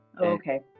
okay